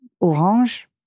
orange